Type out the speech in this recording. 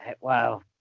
Wow